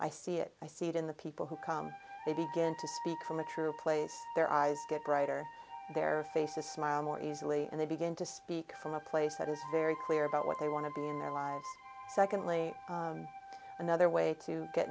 i see it i see it in the people who come they begin to speak from the true place their eyes get brighter their faces smile more easily and they begin to speak from a place that is very clear about what they want to be in their lives secondly another way to get